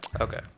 Okay